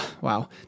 Wow